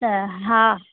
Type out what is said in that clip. त हा